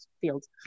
fields